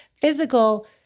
physical